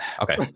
okay